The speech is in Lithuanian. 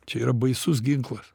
čia yra baisus ginklas